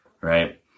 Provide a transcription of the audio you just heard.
right